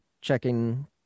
checking